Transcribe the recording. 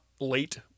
late